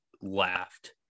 laughed